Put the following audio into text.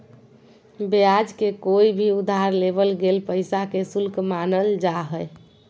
ब्याज के कोय भी उधार लेवल गेल पैसा के शुल्क मानल जा हय